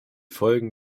folgen